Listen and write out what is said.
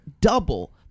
double